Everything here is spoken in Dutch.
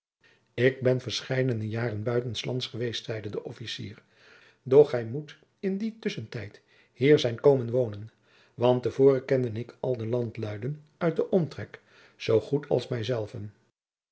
ik ben verscheidene jaren buiten s lands geweest zeide de officier doch gij moet in dien tusschentijd hier zijn komen wonen want te voren kende ik al de landluiden uit den omtrek zoo goed als mijzelven